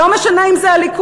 לא משנה אם זה הליכוד,